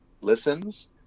listens